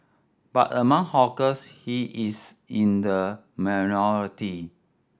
but among hawkers he is in the minority